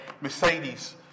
Mercedes